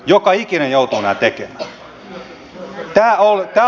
joka ikinen joutuu nämä tekemään